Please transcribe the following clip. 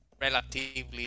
relatively